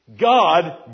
God